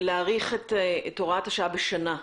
הנטייה שלי היא להאריך את הוראת השעה בשנה.